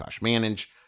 manage